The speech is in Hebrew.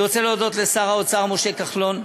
אני רוצה להודות לשר האוצר משה כחלון,